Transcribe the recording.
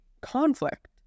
conflict